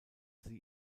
sie